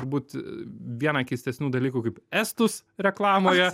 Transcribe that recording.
turbūt vieną keistesnių dalykų kaip estus reklamoje